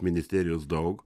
ministerijos daug